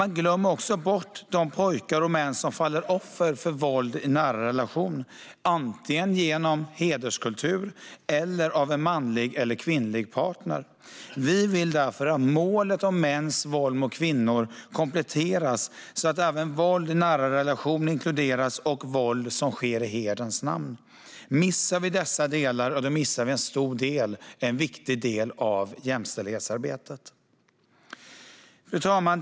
Man glömmer också bort de pojkar och män som faller offer för våld i en nära relation, antingen genom hederskultur eller från en manlig eller kvinnlig partner. Vi vill därför att målet om mäns våld mot kvinnor kompletteras så att även våld i nära relationer inkluderas, liksom våld som sker i hederns namn. Om vi missar dessa delar missar vi en stor och viktig del av jämställdhetsarbetet. Fru talman!